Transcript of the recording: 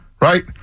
Right